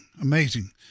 Amazing